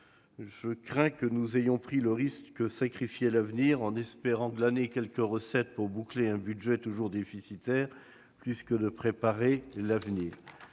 Je crains que nous n'ayons pris le risque de sacrifier l'avenir en espérant glaner quelques recettes pour boucler un budget toujours déficitaire. Mais s'agissant